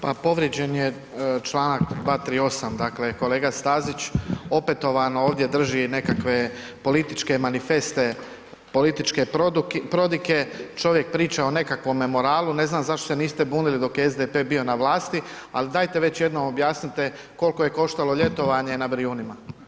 Pa povrijeđen je Članak 238., dakle kolega Stazić opetovano ovdje drži nekakve političke manifeste, političke prodike, čovjek priča o nekakvom moralu, ne znam zašto se niste bunili dok je SDP bio na vlasti, ali dajte već jednom objasnite koliko je koštalo ljetovanje na Brijunima.